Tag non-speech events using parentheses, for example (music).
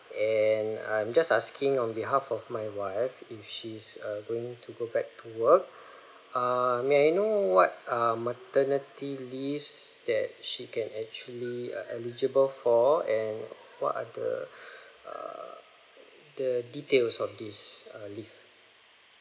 and I'm just asking on behalf of my wife if she's uh going to go back to work err may I know what um maternity leaves that she can actually uh eligible for and what are the (breath) err the details of this uh leave